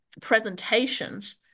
presentations